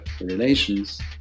relations